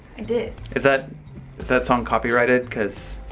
and did. is that that song copyrighted, cause,